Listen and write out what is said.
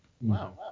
Wow